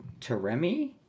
Taremi